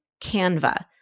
Canva